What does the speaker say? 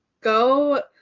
go